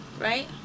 right